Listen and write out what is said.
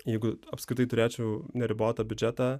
jeigu apskritai turėčiau neribotą biudžetą